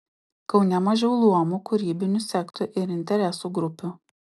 kaune mažiau luomų kūrybinių sektų ir interesų grupių